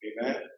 Amen